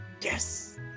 Yes